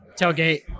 tailgate